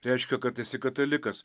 reiškia kad esi katalikas